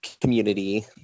community